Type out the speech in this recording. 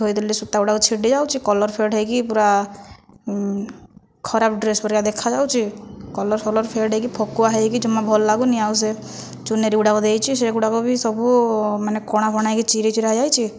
ଧୋଇଦେଲେ ସୂତାଗୁଡ଼ାକ ଛିଣ୍ଡି ଯାଉଛି କଲର ଫେଡ଼୍ ହୋଇକି ପୂରା ଖରାପ ଡ୍ରେସ୍ ପରିକା ଦେଖାଯାଉଛି କଲର ଫଲର ଫେଡ଼୍ ହେଇକି ଫକୁଆ ହୋଇକି ଜମା ଭଲ ଲାଗୁନାହିଁ ଆଉ ସେ ଚୁନରୀଗୁଡ଼ିକ ଦେଇଛି ସେଗୁଡ଼ିକ ବି ସବୁ ମାନେ କଣା କଣା ହୋଇକି ଚିରି ଚିରା ଯାଇଛି